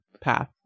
Path